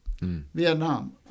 Vietnam